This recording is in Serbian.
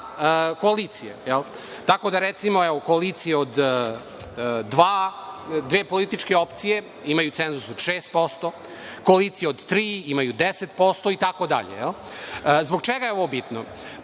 koalicije. Tako da, recimo, koalicije od dve političke opcije imaju cenzus od 6%, koalicije od tri imaju 10% itd. Zbog čega je ovo bitno?